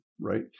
right